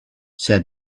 said